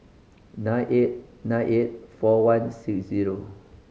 nine eight nine eight four one six zero